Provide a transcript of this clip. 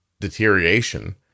deterioration